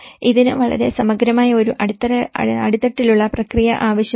ഇതിന് വളരെ സമഗ്രമായ ഒരു അടിത്തട്ടിലുള്ള പ്രക്രിയ ആവശ്യമാണ്